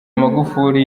magufuli